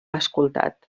escoltat